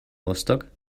rostock